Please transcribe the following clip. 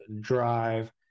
drive